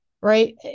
right